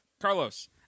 Carlos